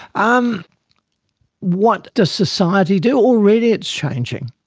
um what does society do? already it's changing.